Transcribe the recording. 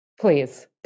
Please